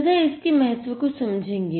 तथा इसके महत्व को समझेंगे